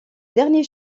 dernier